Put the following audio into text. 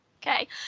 Okay